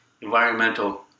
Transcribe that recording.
environmental